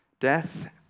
Death